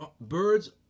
birds